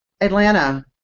Atlanta